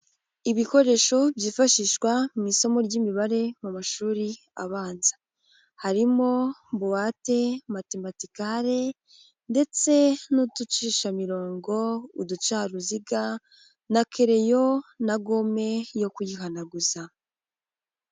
Ibikoresho byifashishwa mu isomo ry'imibare mu mashuri abanza, harimo buwate, matematikale ndetse n'uducishamirongo, uducaruziga na kereyo na gome yo kuyihanaguza.